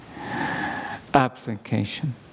Application